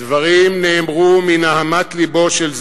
הדברים נאמרו מנהמת לבו של זאביק,